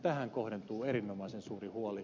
tähän kohdentuu erinomaisen suuri huoli